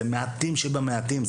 זה מעטים שבמעטים,